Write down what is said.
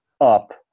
up